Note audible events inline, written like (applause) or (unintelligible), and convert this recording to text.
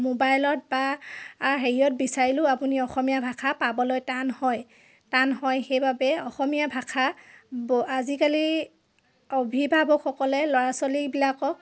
ম'বাইলত বা হেৰিয়ত বিচাৰিলেও আপুনি অসমীয়া ভাষা পাবলৈ টান হয় টান হয় সেইবাবে অসমীয়া ভাষা (unintelligible) আজিকালি অভিভাৱকসকলে ল'ৰা ছোৱালীবিলাকক